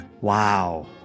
Wow